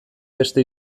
beste